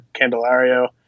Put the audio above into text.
candelario